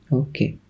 okay